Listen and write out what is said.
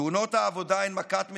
תאונות העבודה הן מכת מדינה.